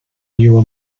newer